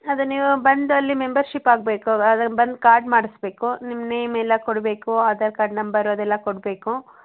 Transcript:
ಅದು ನೀವು ಬಂದು ಅಲ್ಲಿ ಮೆಂಬರ್ಶೀಪ್ ಆಗಬೇಕು ಬಂದು ಕಾರ್ಡ್ ಮಾಡಿಸ್ಬೇಕು ನಿಮ್ಮ ನೇಮ್ ಎಲ್ಲ ಕೊಡಬೇಕು ಆಧಾರ್ ಕಾರ್ಡ್ ನಂಬರ್ ಅದೆಲ್ಲ ಕೊಡಬೇಕು